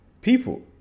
people